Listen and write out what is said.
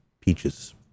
peaches